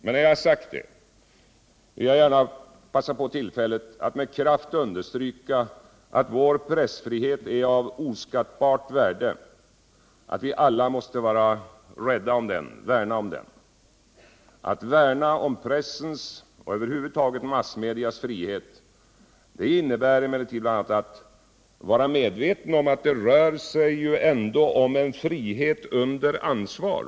Men när jag sagt det vill jag gärna passa på tillfället att med kraft understryka att vår pressfrihet är av oskattbart värde och att vi alla måste vara rädda om den. Au värna om pressens och över huvud taget om massmedias frihet innebär emellertid bl.a. att man är medveten om att det ändå rör sig om en frihet under ansvar.